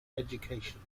education